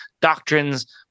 doctrines